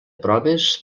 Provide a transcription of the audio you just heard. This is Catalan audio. proves